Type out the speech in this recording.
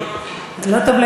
זה טוב מאוד.